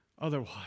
Otherwise